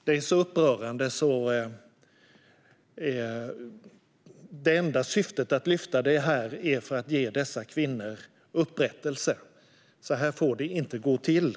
Det är så upprörande, och det enda syftet med att lyfta fram detta här är att ge dessa kvinnor upprättelse. Så här får det inte gå till.